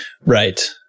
Right